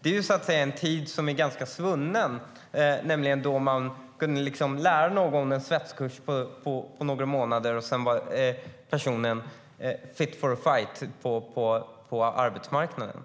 Det är en ganska svunnen tid då man med en svetskurs på några månader kunde lära någon, och sedan var personen fit for fight på arbetsmarknaden.